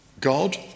God